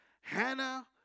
Hannah